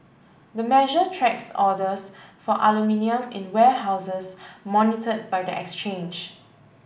the measure tracks orders for aluminium in warehouses monitored by the exchange